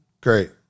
Great